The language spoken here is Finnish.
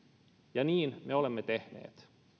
ja niin me olemme tehneet